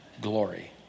glory